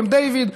קמפ-דייוויד,